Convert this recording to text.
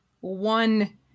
one